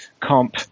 Comp